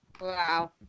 Wow